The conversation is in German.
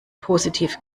positiv